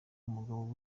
umugabo